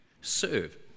serve